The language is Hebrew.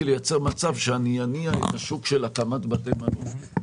לייצר מצב שאני אניע את השוק של הקמת בתי מלון.